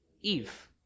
Eve